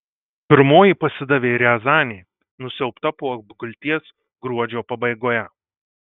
pirmoji pasidavė riazanė nusiaubta po apgulties gruodžio pabaigoje